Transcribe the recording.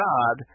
God